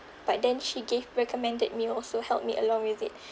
but then she gave recommended me also help me along with it